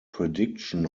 prediction